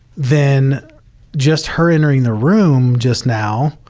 then just her entering the room just now,